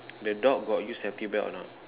the dog got use safety belt or not